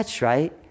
right